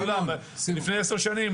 לפני 10 שנים,